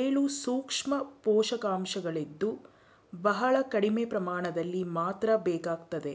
ಏಳು ಸೂಕ್ಷ್ಮ ಪೋಷಕಾಂಶಗಳಿದ್ದು ಬಹಳ ಕಡಿಮೆ ಪ್ರಮಾಣದಲ್ಲಿ ಮಾತ್ರ ಬೇಕಾಗ್ತದೆ